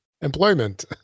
employment